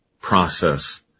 process